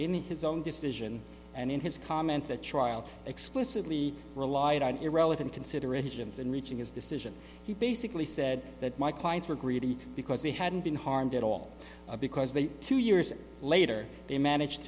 in his own decision and in his comments the trial explicitly relied on irrelevant considerations and reaching his decision he basically said that my clients were greedy because they hadn't been harmed at all because they two years later they managed